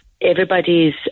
everybody's